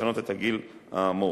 לשנות את הגיל האמור.